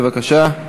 בבקשה.